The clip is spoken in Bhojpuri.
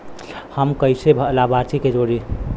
हम कइसे लाभार्थी के जोड़ी?